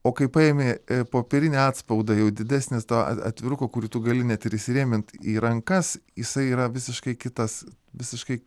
o kai paimi popierinį atspaudą jau didesnis to atviruko kurį tu gali net ir įsirėmint į rankas jisai yra visiškai kitas visiškai